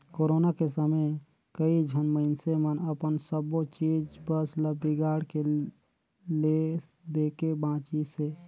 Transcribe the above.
corona के समे कइझन मइनसे मन अपन सबो चीच बस ल बिगाड़ के ले देके बांचिसें